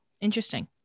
Interesting